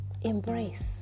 Embrace